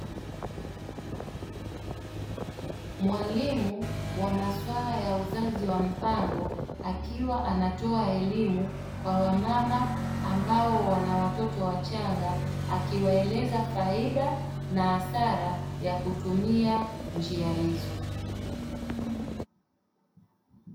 Mwalimu wa maswala ya uzazi wa mpango wakiwa wanatoa elimu kwa wamama, ambao wana watoto wachanga akiwaeleza faida na hasara ya kutumia njia hizo.